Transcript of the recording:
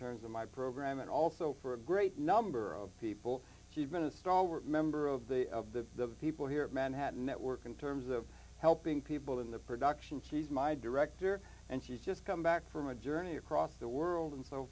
terms of my program and also for a great number of people who have been a stalwart member of the of the people here at manhattan network in terms of helping people in the production she's my director and she's just come back from a journey across the world and so